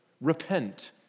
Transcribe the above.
Repent